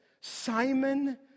Simon